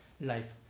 life